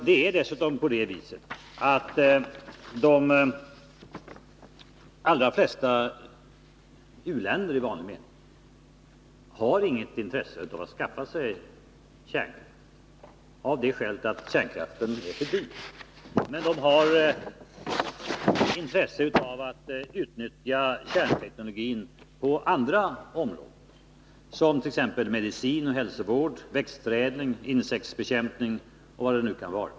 Det är dessutom på det viset att de allra flesta u-länder i vanlig mening inte har något intresse av att skaffa sig kärnkraft av det skälet att kärnkraften är för dyr. Men de har intresse av att utnyttja kärnteknologin på andra områden såsom medicin, hälsovård, växtförädling, insektsbekämpning osv.